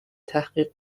تحقیق